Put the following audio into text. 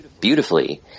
beautifully